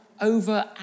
over